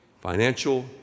financial